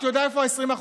אתה יודע איפה ה-20%?